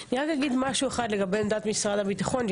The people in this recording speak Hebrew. אני רק אגיד משהו אחד לגבי עמדת משרד הביטחון.